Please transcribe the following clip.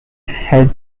health